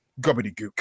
gobbledygook